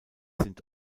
sind